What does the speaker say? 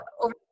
over